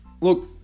Look